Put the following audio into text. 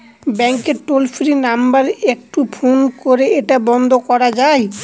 ব্যাংকের toll free number একটু phone করে এটা বন্ধ করা যায়?